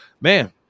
Man